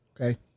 Okay